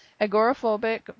agoraphobic